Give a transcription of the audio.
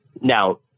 Now